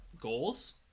goals